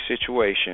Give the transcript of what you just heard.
situation